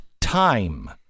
time